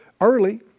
early